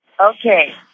Okay